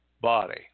body